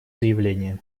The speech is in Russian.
заявление